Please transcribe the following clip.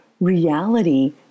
reality